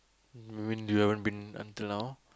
you mean you haven't been until now